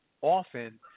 often